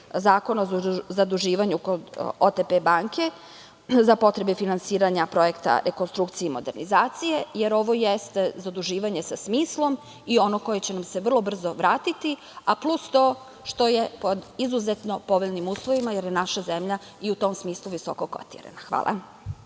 zakona, zaduživanje kod „OTP banke“ za potrebe finansiranja projekta rekonstrukcije i modernizacije, jer ovo jeste zaduživanje sa smislom i ono koje će nam se vrlo brzo vratiti, a plus to što je pod izuzetno povoljnim uslovima jer je naša zemlja i u tom smislu visoko kotirana. Hvala